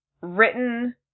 written